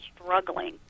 struggling